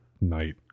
night